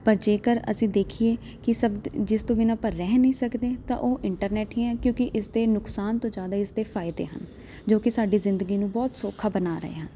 ਪਰ ਜੇਕਰ ਅਸੀਂ ਦੇਖੀਏ ਕਿ ਸਭ ਜਿਸ ਤੋਂ ਬਿਨਾਂ ਆਪਾਂ ਰਹਿ ਨਹੀਂ ਸਕਦੇ ਤਾਂ ਉਹ ਇੰਟਰਨੈਟ ਹੀ ਆ ਕਿਉਂਕਿ ਇਸ ਦੇ ਨੁਕਸਾਨ ਤੋਂ ਜ਼ਿਆਦਾ ਇਸ ਦੇ ਫ਼ਾਇਦੇ ਹਨ ਜੋ ਕਿ ਸਾਡੀ ਜ਼ਿੰਦਗੀ ਨੂੰ ਬਹੁਤ ਸੌਖਾ ਬਣਾ ਰਹੇ ਹਨ